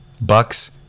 Bucks